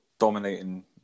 dominating